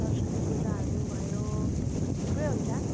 सरस्वतीपूजाहरू भयो थुप्रै हुन्छ